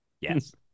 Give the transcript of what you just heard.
Yes